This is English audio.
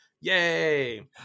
Yay